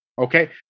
okay